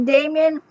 Damien